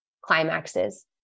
climaxes